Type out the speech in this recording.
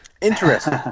Interesting